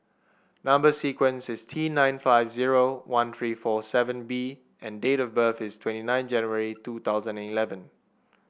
number sequence is T nine five zero one three four seven B and date of birth is twenty nine January two thousand and eleven